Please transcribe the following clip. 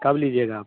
कब लीजिएगा आप